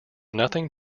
nothing